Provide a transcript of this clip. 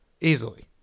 Easily